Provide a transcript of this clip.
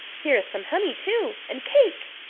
here is some honey, too, and cake.